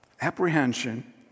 Apprehension